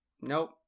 nope